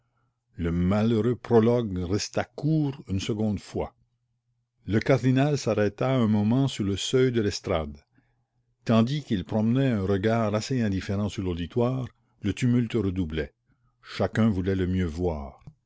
le malheureux prologue resta court une seconde fois le cardinal s'arrêta un moment sur le seuil de l'estrade tandis qu'il promenait un regard assez indifférent sur l'auditoire le tumulte redoublait chacun voulait le mieux voir